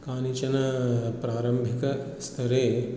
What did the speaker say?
कानिचन प्रारम्भिकस्तरे